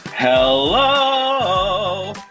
Hello